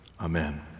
Amen